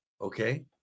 okay